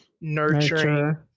nurturing